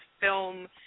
film